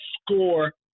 score